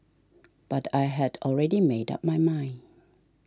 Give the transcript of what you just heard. but I had already made up my mind